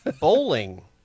Bowling